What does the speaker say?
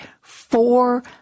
four